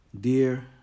Dear